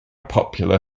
popular